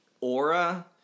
aura